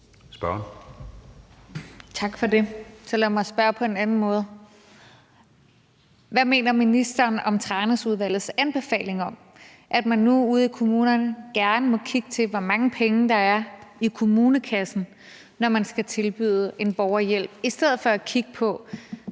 Lund (EL): Tak for det. Så lad mig spørge på en anden måde: Hvad mener ministeren om Tranæsudvalgets anbefalinger om, at man nu ude i kommunerne gerne må kigge på, hvor mange penge der er i kommunekassen, når man skal tilbyde en borger hjælp, i stedet for, jævnfør